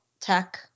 tech